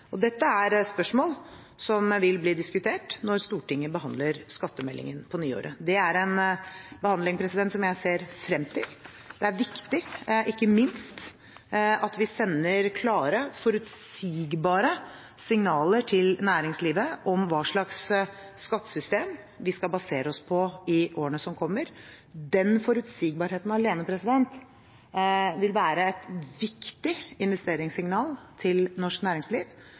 ressursutnyttelse. Dette er spørsmål som vil bli diskutert når Stortinget behandler skattemeldingen på nyåret. Det er en behandling som jeg ser frem til. Det er viktig, ikke minst at vi sender klare, forutsigbare signaler til næringslivet om hva slags skattesystem vi skal basere oss på i årene som kommer. Den forutsigbarheten alene vil være et viktig investeringssignal til norsk næringsliv